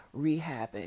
rehabbing